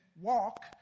walk